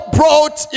brought